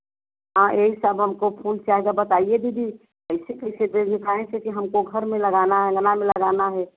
हाँ यही सब हमको फूल चाहेगा बताइए दीदी ऐसे कैसे देंगे काहे से हमको घर में लगाना है अँगना में लगाना है